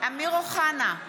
אמיר אוחנה,